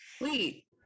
wait